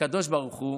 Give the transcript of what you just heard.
הקדוש ברוך הוא